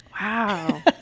Wow